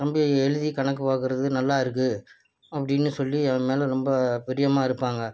தம்பி எழுதி கணக்கு பார்க்குறது நல்லா இருக்கும் அப்படின்னு சொல்லி என் மேலே ரொம்ப பிரியமாக இருப்பாங்கள்